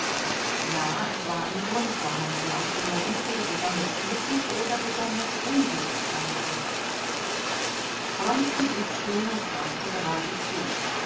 ja es war ein grund vorhanden aus dem er entweder besonders glücklich oder besonders unglücklich sein konnte wronski blieb stehen und fragte geradezu